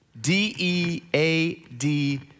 D-E-A-D